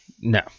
No